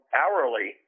hourly